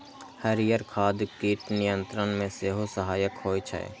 हरियर खाद कीट नियंत्रण मे सेहो सहायक होइ छै